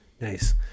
Nice